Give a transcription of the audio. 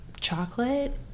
chocolate